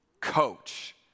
Coach